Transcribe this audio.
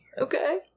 Okay